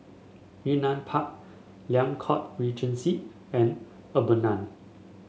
Yunnan Park Liang Court Regency and Urbana